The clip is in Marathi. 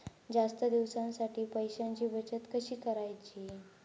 जास्त दिवसांसाठी पैशांची बचत कशी करायची?